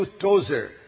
Tozer